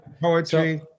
poetry